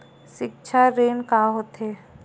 सिक्छा ऋण का होथे?